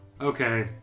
Okay